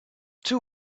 two